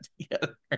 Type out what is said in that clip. together